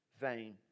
vain